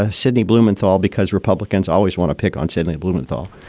ah sidney blumenthal, because republicans always want to pick on sidney blumenthal.